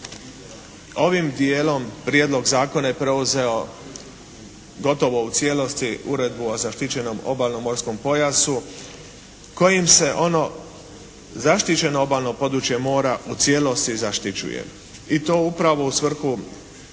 Ovim dijelom prijedlog zakona je preuzeo gotovo u cijelosti Uredbu o zaštićenom obalnom morskom pojasu kojim se ono zaštićeno obalno područje mora u cijelosti zaštićuje i to upravo u svrhu